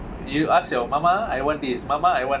you ask your mama I want this mama I want